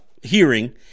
hearing